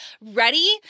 Ready